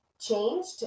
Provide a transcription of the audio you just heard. changed